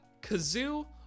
Kazoo